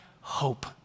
Hope